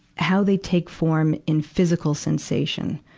how they take form in physical sensation.